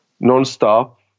Non-stop